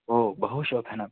भो बहु शोभनम्